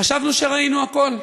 חשבנו שראינו הכול,